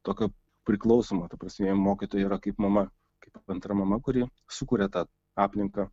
tokio priklausomo ta prasme jiem mokytoja yra kaip mama kaip antra mama kuri sukuria tą aplinką